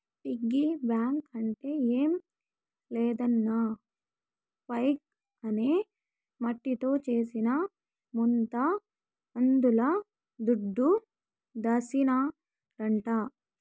piggy bank అంటే ఏం లేదన్నా పైగ్ అనే మట్టితో చేసిన ముంత అందుల దుడ్డు దాసినారంట